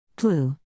blue